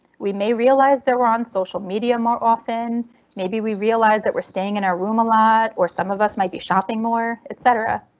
we may realize there were on social media more often maybe we realize that we're staying in our room a lot. or some of us might be shopping more etc.